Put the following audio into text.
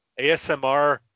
ASMR